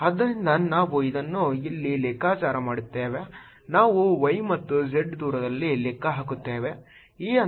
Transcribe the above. ಆದ್ದರಿಂದ ನಾವು ಅದನ್ನು ಇಲ್ಲಿ ಲೆಕ್ಕಾಚಾರ ಮಾಡುತ್ತೇವೆ ನಾವು y ಮತ್ತು z ದೂರದಲ್ಲಿ ಲೆಕ್ಕ ಹಾಕುತ್ತೇವೆ ಈ ಹಂತದಲ್ಲಿ x ಹೇಗಾದರೂ 0 ಆಗಿದೆ